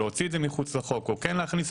לחוק או כן להכניס.